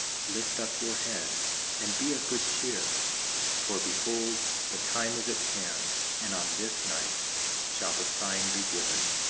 lift up your head and be of good cheer for behold, the time is at hand, and on this night shall the sign be given,